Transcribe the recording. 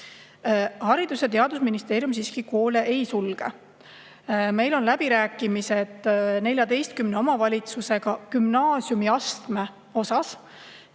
Haridus- ja Teadusministeerium siiski koole ei sulge. Meil on läbirääkimised 14 omavalitsusega gümnaasiumiastme üle.